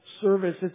service